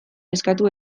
eskatu